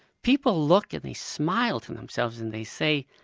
people look and they smile to themselves and they say,